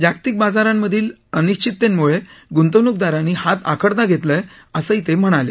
जागतिक बाजारांमधील अनिक्षित्तेमुळे गुंतवणूकरांनी हात आखड्ता घेतलाय असंही ते म्हणाले